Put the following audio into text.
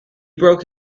broke